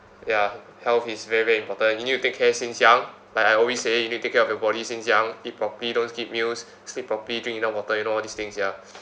ya health is very very important you need to take care since young like I always say you need take care of your body since young eat properly don't skip meals sleep properly drink enough water you know all these things ya